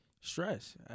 stress